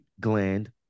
gland